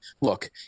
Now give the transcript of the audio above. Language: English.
look